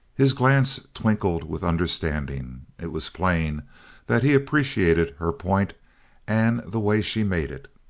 his glance twinkled with understanding. it was plain that he appreciated her point and the way she made it.